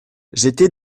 j’étais